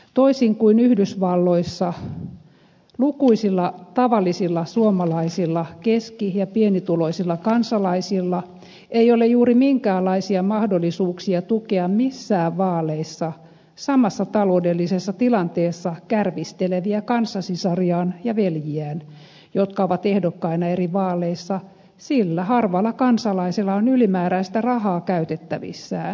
toisin kuin yhdysvalloissa lukuisilla tavallisilla suomalaisilla keski ja pienituloisilla kansalaisilla ei ole juuri minkäänlaisia mahdollisuuksia tukea missään vaaleissa samassa taloudellisessa tilanteessa kärvisteleviä kanssasisariaan ja veljiään jotka ovat ehdokkaina eri vaaleissa sillä harvalla kansalai sella on ylimääräistä rahaa käytettävissään